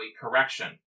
correction